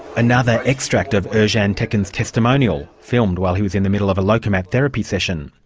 another extract of ercan tekin's testimonial, filmed while he was in the middle of a lokomat therapy session.